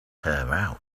her